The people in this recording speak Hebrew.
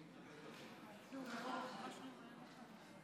שלוש הצעות חוק שנומקו לפני